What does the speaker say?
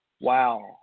Wow